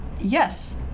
yes